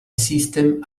system